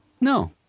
No